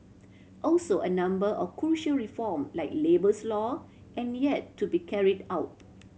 also a number of crucial reform like labours law and yet to be carried out